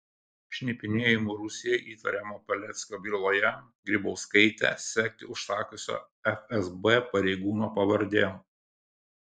šnipinėjimu rusijai įtariamo paleckio byloje grybauskaitę sekti užsakiusio fsb pareigūno pavardė